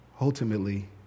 Ultimately